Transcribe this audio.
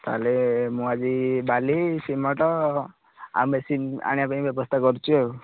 ତା'ହେଲେ ମୁଁ ଆଜି ବାଲି ସିମେଣ୍ଟ୍ ଆଉ ମେସିନ୍ ଆଣିବା ପାଇଁ ବ୍ୟବସ୍ଥା କରୁଛି ଆଉ